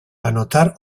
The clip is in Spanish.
anotar